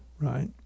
right